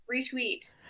Retweet